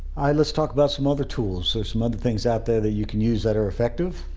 let's talk about some other tools. so some other things out there that you can use that are effective.